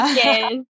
yes